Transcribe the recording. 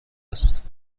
است